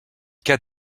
cas